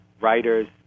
writers